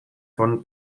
von